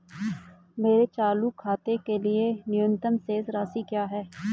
मेरे चालू खाते के लिए न्यूनतम शेष राशि क्या है?